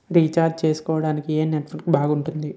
Recharge చేసుకోవటానికి ఏం network బాగుంది?